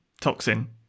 toxin